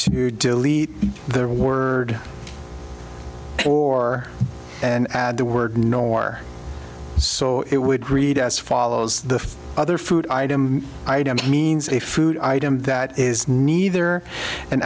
delete their word or and add the word no more so it would read as follows the other food item item means a food item that is neither an